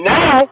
Now